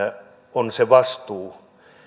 on se vastuu